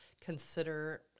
consider